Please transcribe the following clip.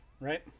Right